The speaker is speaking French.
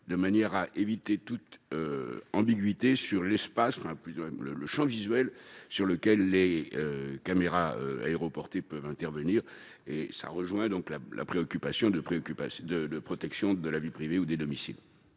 de manière à éviter toute ambiguïté concernant le champ visuel sur lequel les caméras aéroportées peuvent intervenir. Cette proposition rejoint donc la préoccupation de protection de la vie privée et du domicile.